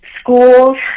schools